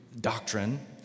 doctrine